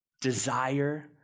Desire